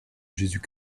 jésus